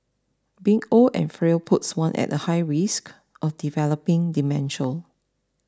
being old and frail puts one at a high risk of developing dementia